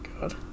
god